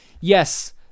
Yes